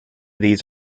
these